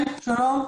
שלום.